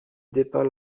dépeint